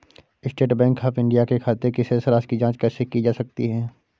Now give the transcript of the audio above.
State Bank of India के खाते की शेष राशि की जॉंच कैसे की जा सकती है?